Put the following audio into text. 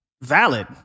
Valid